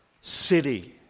city